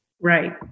Right